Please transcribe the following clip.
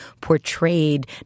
portrayed